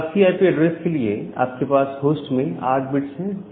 class C IP address के लिए आपके पास होस्ट में 8 बिट्स है